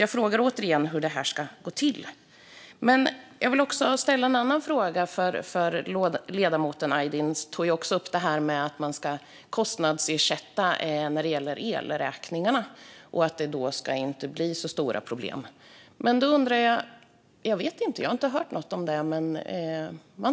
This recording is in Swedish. Jag frågar återigen hur detta ska gå till. Jag vill också ställa en annan fråga. Ledamoten Aydin tog upp att man ska kostnadsersätta när det gäller elräkningarna och att det då inte ska bli så stora problem. Man